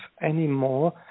anymore